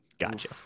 Gotcha